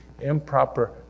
improper